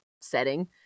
setting